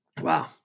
Wow